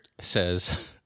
says